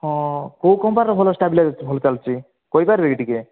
ହଁ କେଉଁ କମ୍ପାନୀର ଭଲ ଷ୍ଟାବିଲାଇଜର୍ ଭଲ ଚାଲୁଛି କହିପାରିବେ କି ଟିକିଏ